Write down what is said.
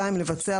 לבצע,